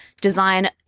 design